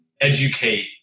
educate